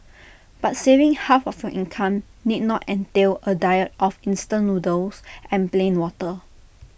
but saving half of your income need not entail A diet of instant noodles and plain water